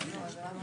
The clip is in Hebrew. הוא מדבר על הבניין.